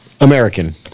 American